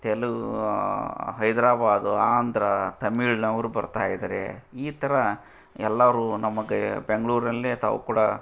ತೆಲುಗು ಹೈದ್ರಾಬಾದು ಆಂಧ್ರ ತಮಿಳ್ನವರು ಬರ್ತಾ ಇದ್ದಾರೆ ಈ ಥರ ಎಲ್ಲರೂ ನಮಗೆ ಬೆಂಗ್ಳೂರಿನಲ್ಲೇ ತಾವು ಕೂಡ